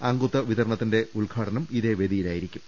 അംഗത്വ വിതരണത്തിന്റെ ഉദ്ഘാടനവും ഇതേ വേദിയിലായിരിക്കും